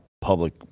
public